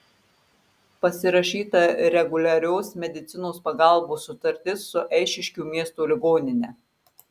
pasirašyta reguliarios medicinos pagalbos sutartis su eišiškių miesto ligonine